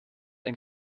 ein